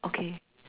okay